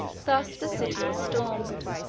thus the city was stormed.